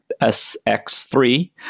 SX3